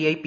I P